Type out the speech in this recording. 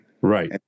Right